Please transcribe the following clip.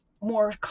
more